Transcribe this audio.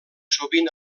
sovint